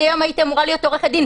אני היום הייתי אמורה להיות עורכת דין,